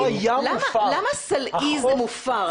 למה סלעי זה מופר?